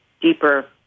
deeper